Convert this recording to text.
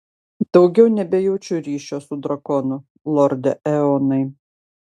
daugiau nebejaučiu ryšio su drakonu lorde eonai